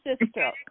sister